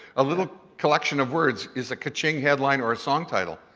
a little collection of words is a ka-ching headline or a song title.